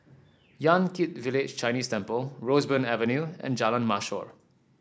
Yan Kit Village Chinese Temple Roseburn Avenue and Jalan Mashor